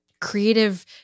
creative